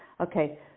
Okay